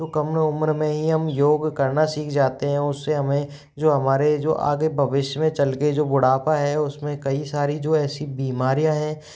तो कम उम्र में हीं हम योग करना सीख जाते हैं उससे हमें जो हमारे जो आगे भविष्य में चल कर जो बुढ़ापा है उसमे कई सारी जो ऐसी बीमारियाँ है